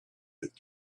with